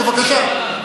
בבקשה,